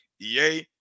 EA